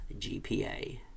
GPA